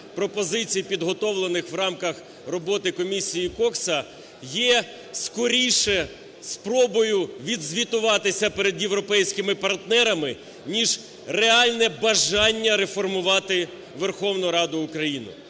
пропозицій, підготовлених в рамках роботи комісії Кокса, є, скоріше, спробою відзвітуватися перед європейськими партнерами, ніж реальне бажання реформувати Верховну Раду України.